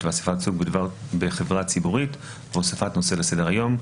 ואסיפת סוג בחברה ציבורית והוספת נושא לסדר היום),